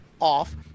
off